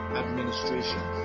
administration